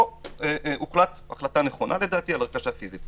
פה הוחלט החלטה נכונה, לדעתי הרכשה פיזית.